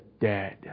dead